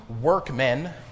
workmen